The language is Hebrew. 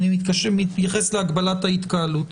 אני מתייחס להגבלת ההתקהלות.